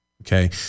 Okay